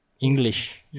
English